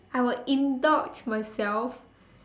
I would indulge myself